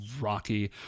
Rocky